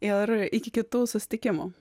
ir iki kitų susitikimų